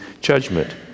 judgment